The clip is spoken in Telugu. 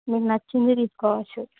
మీకు నచ్చింది తీసుకోవచ్చు